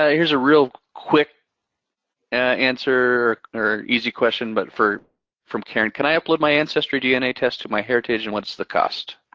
ah here's a real quick answer, or easy question but from karen, can i upload my ancestry dna test to myheritage and what's the cost?